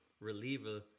reliever